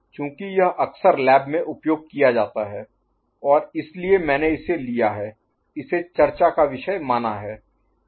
चूंकि यह अक्सर लैब Lab प्रयोगशाला में उपयोग किया जाता है और इसलिए मैंने इसे लिया है इसे चर्चा का विषय माना है